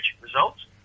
results